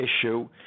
issue